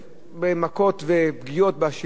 במכות ופגיעות בשלדה.